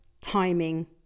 timing